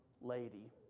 lady